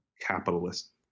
capitalist